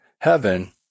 heaven